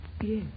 Yes